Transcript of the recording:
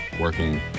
working